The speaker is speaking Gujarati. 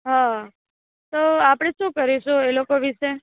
હં તો આપણે શું કરીશું એ લોકો વિષે